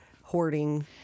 hoarding